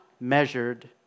measured